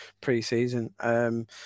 pre-season